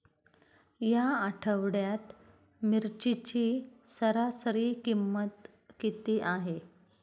या आठवड्यात मिरचीची सरासरी किंमत किती आहे?